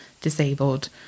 disabled